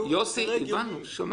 שמענו.